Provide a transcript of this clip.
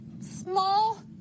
small